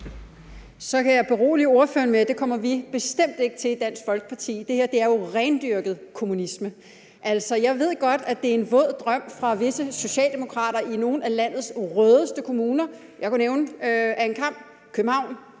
Så kan jeg berolige ordføreren med, at det kommer vi bestemt ikke til i Dansk Folkeparti. Det her er jo rendyrket kommunisme. Jeg ved godt, at det er en våd drøm hos visse socialdemokrater i nogle af landets rødeste kommuner – jeg kunne nævne over en kam i København,